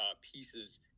pieces